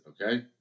okay